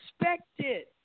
expected